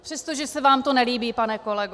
Přestože se vám to nelíbí, pane kolego.